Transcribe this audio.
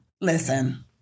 Listen